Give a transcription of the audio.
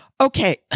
okay